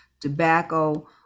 tobacco